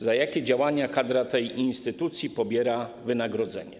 Za jakie działania kadra tej instytucji pobiera wynagrodzenie?